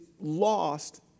lost